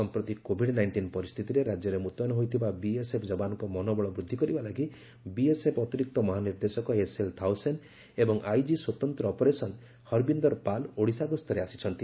ସମ୍ପ୍ରତି COVID nineteen ପରିସ୍ଚିତିରେ ରାଜ୍ୟରେ ମୁତୟନ ହୋଇଥିବା ବିଏସ୍ଏଫ୍ ଯବାନ୍ଙ୍ ମନୋବଳ ବୃକ୍ଧି କରିବାଲାଗି ବିଏସ୍ଏଫ୍ ଅତିରିକ୍ତ ମହାନିର୍ଦ୍ଦେଶକ ଏସ୍ଏଲ୍ ଥାଉସେନ୍ ଏବଂ ଆଇଜି ସ୍ୱତନ୍ତ ଅପରେସନ୍ ହରବିନ୍ଦର ପାଲ୍ ଓଡ଼ିଶା ଗସ୍ତରେ ଆସିଛନ୍ତି